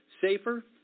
safer